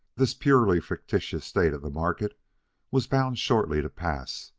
this purely fictitious state of the market was bound shortly to pass,